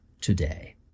today